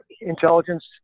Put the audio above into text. intelligence